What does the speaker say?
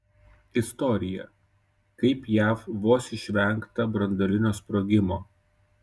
istorija kaip jav vos išvengta branduolinio sprogimo